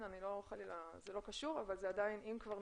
זה לא קשור אבל אם נוגעים,